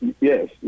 Yes